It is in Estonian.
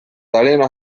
tallinna